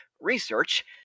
research